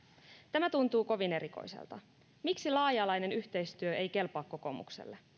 tämä tuntuu kovin erikoiselta miksi laaja alainen yhteistyö ei kelpaa kokoomukselle